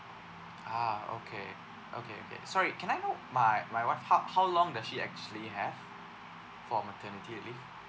ah okay okay okay sorry can I know my my wife how how long does she actually have for maternity leave